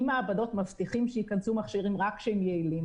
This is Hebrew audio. אם מעבדות מבטיחות שייכנסו רק מכשירים שהם יעילים,